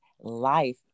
life